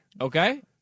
Okay